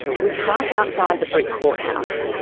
we park outside the brick courthouse.